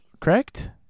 Correct